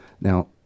Now